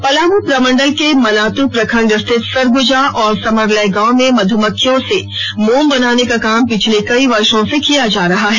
पलामू प्रमंडल के मनातू प्रखंड स्थित सरगुजा और समरलय गांव में मध्मक्खियों से मोम बनाने का काम पिछले कई वर्षो से किया जा रहा है